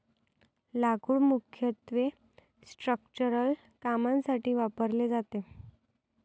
लाकूड मुख्यत्वे स्ट्रक्चरल कामांसाठी वापरले जाते